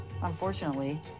Unfortunately